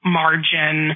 margin